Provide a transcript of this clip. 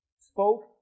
spoke